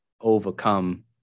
overcome